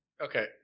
okay